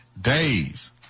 days